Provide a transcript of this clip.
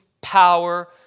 power